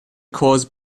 caused